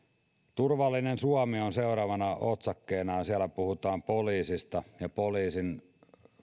turvallinen suomi on seuraavana otsakkeena ja siellä puhutaan poliisista